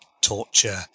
torture